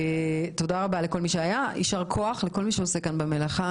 תודה רבה לכל מי שהיה ויישר כוח לכל מי שעוסק במלאכה.